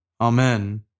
Amen